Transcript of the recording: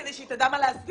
כדי שהיא תדע מה להסדיר.